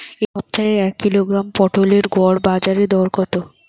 এ সপ্তাহের এক কিলোগ্রাম পটলের গড় বাজারে দর কত?